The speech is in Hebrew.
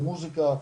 במוסיקה,